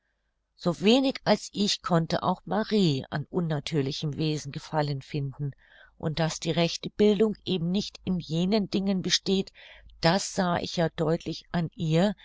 so wenig als ich konnte auch marie an unnatürlichem wesen gefallen finden und daß die rechte bildung eben nicht in jenen dingen besteht das sah ich ja deutlich an ihr